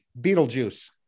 Beetlejuice